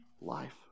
life